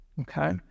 okay